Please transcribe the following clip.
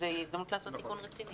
זו הזדמנות לעשות תיקון רציני.